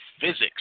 physics